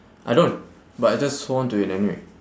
I don't but I just hold on to it anyway